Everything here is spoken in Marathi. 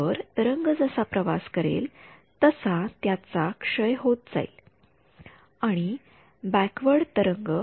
तर तरंग जसा प्रवास करेल तसा त्याचा क्षय होत जाईल आणि बॅकवर्ड तरंग